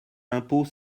l’impôt